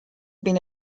been